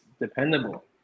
dependable